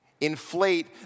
Inflate